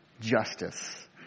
justice